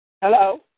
Hello